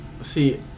See